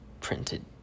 printed